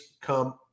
come